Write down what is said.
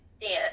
dance